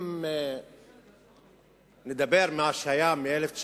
אם נדבר על מה שהיה מ-1967,